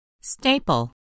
Staple